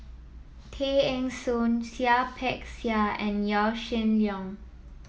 Tay Eng Soon Seah Peck Seah and Yaw Shin Leong